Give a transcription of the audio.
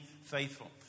faithful